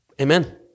Amen